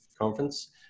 Conference